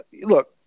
look